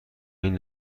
این